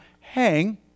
hang